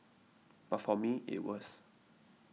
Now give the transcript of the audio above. but for me it was